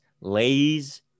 Lay's